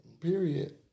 Period